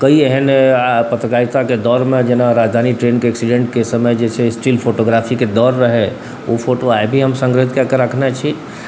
कइ एहन पत्रकारिताके दौरमे जेना राजधानी ट्रेनके एक्सीडेन्टके समय जे छै से इस्टिल फोटोग्राफीके दौर रहै ओ फोटो अभी हम सङ्ग्रहीत कऽ कऽ रखने छी